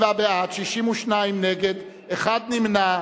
47 בעד, 62 נגד, אחד נמנע.